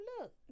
look